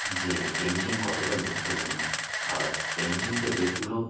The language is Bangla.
যে পেন্টিং কতটা গুরুত্বপূর্ণ আর পেন্টিং থেকে পুরো